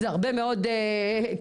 זה הרבה מאוד כסף,